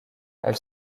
elle